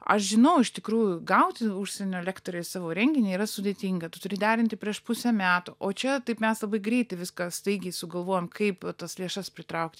aš žinau iš tikrųjų gauti užsienio lektorių į savo renginį yra sudėtinga tu turi derinti prieš pusę metų o čia taip mes labai greitai viską staigiai sugalvojom kaip tas lėšas pritraukt